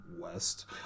west